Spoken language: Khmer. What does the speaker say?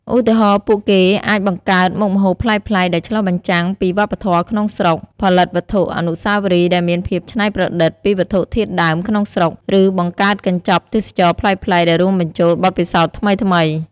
ឧទាហរណ៍ ពួកគេអាចបង្កើតមុខម្ហូបប្លែកៗដែលឆ្លុះបញ្ចាំងពីវប្បធម៌ក្នុងស្រុក ផលិតវត្ថុអនុស្សាវរីយ៍ដែលមានភាពច្នៃប្រឌិតពីវត្ថុធាតុដើមក្នុងស្រុក ឬបង្កើតកញ្ចប់ទេសចរណ៍ប្លែកៗដែលរួមបញ្ចូលបទពិសោធន៍ថ្មីៗ។